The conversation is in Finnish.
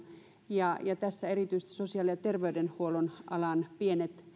ja näistä erityisesti sosiaali ja ter veydenhuollon alan pieniä